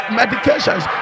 medications